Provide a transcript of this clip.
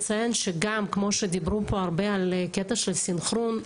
דיברו פה הרבה על הקטע של הסנכרון.